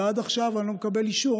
ועד עכשיו אני לא מקבל אישור.